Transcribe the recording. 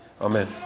Amen